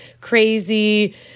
crazy